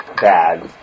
bad